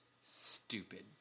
Stupid